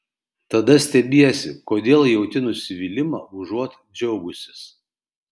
tada stebiesi kodėl jauti nusivylimą užuot džiaugusis